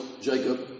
Jacob